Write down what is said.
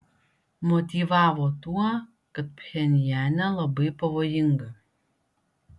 motyvavo tuo kad pchenjane labai pavojinga